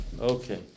okay